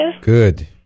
Good